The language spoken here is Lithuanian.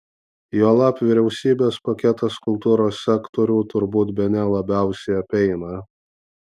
juolab vyriausybės paketas kultūros sektorių turbūt bene labiausiai apeina